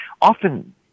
often